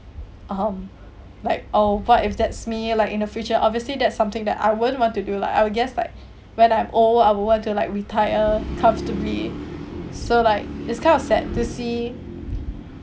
um like oh what if that's me like in the future obviously that's something that I wouldn't want to do lah I'll guess like when I'm old I would want to retire comfortably so like it's kind of sad to see